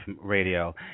radio